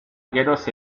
geroz